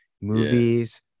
movies